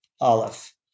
aleph